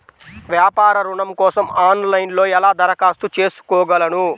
వ్యాపార ఋణం కోసం ఆన్లైన్లో ఎలా దరఖాస్తు చేసుకోగలను?